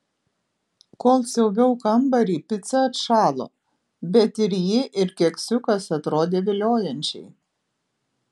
kol siaubiau kambarį pica atšalo bet ir ji ir keksiukas atrodė viliojančiai